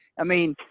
i mean,